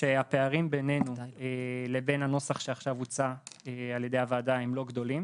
שכרגע הפערים בינינו לבין הנוסח שהוצע על ידי הוועדה הם לא גדולים